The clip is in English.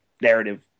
narrative